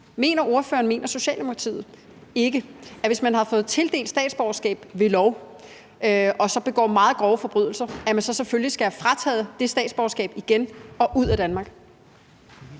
Mener ordføreren og mener Socialdemokratiet ikke, at hvis man har fået tildelt statsborgerskab ved lov og så begår meget grove forbrydelser, så skal man selvfølgelig have frataget det statsborgerskab igen og ud af Danmark?